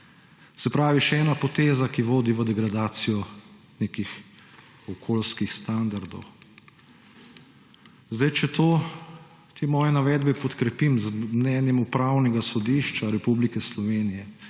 Se pravi, še ena poteza, ki vodi v degradacijo nekih okoljskih standardov. Če te svoje navedbe podkrepim z mnenjem Upravnega sodišča Republike Slovenije,